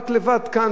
רק כאן,